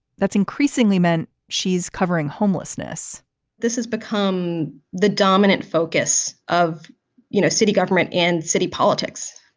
that's increasingly meant she's covering homelessness this has become the dominant focus of you know city government in city politics.